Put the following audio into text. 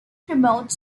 promote